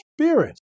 Spirit